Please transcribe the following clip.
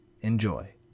Enjoy